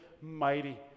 mighty